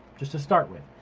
just to start with.